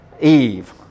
Eve